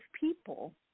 people